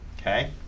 Okay